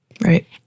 Right